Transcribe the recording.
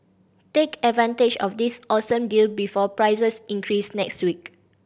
take advantage of this awesome deal before prices increase next week